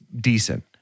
decent